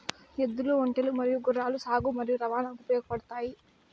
ఎద్దులు, ఒంటెలు మరియు గుర్రాలు సాగు మరియు రవాణాకు ఉపయోగపడుతాయి